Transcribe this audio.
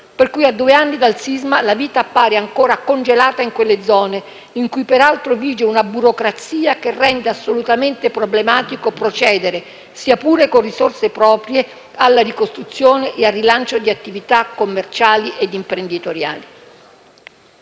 Pertanto, a due anni dal sisma, la vita appare ancora congelata in quelle zone in cui, peraltro, vige una burocrazia che rende assolutamente problematico procedere, sia pure con risorse proprie, alla ricostruzione e al rilancio di attività commerciali e imprenditoriali.